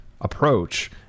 approach